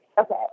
Okay